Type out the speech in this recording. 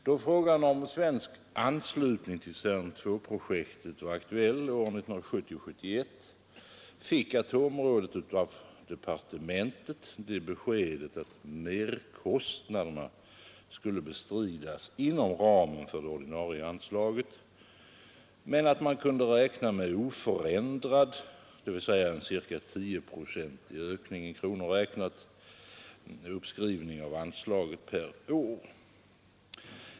Då frågan om svensk anslutning till CERN-II-projektet var aktuell under åren 1970 och 1971 fick atomforskningsrådet av departementet det beskedet att merkostnaderna skulle bestridas inom ramen för det ordinarie anslaget och att man kunde räkna med en oförändrad, dvs. en cirka tioprocentig ökning per år av anslaget i kronor räknat.